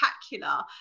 spectacular